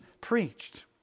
preached